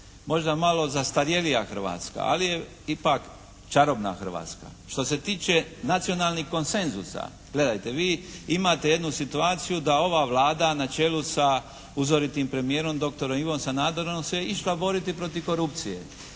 možda malo zastarjelija Hrvatska, ali je ipak čarobna Hrvatska. Što se tiče nacionalnih konsenzusa. Gledajte vi imate jednu situaciju da ova Vlada na čelu sa uzoritim premijerom dr. Ivom Sanaderom se išla boriti protiv korupcije.